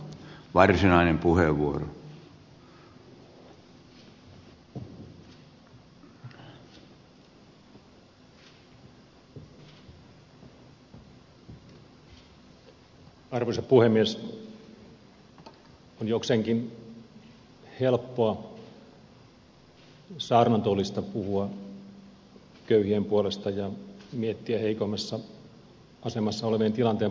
on jokseenkin helppoa saarnatuolista puhua köyhien puolesta ja miettiä heikoimmassa asemassa olevien tilanteen parantamista ääneen